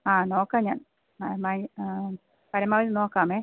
ആ നോക്കാം ഞാൻ ആ പരമാവധി നോക്കാമേ